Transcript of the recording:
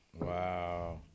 Wow